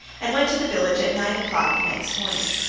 and went to the village at nine o'clock the next morning.